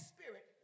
Spirit